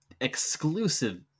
exclusive